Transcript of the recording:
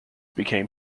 became